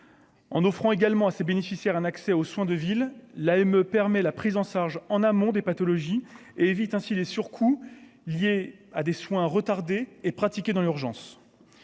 En offrant également à ses bénéficiaires un accès aux soins de ville là elle me permet la prise en charge en amont des pathologies et évite ainsi les surcoûts liés à des soins retardés et pratiqués dans l'urgence,